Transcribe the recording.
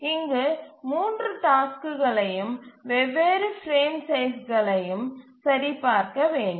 இங்கு 3 டாஸ்க்குகளையும் வெவ்வேறு பிரேம் சைஸ்களையும் சரிபார்க்க வேண்டும்